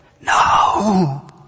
No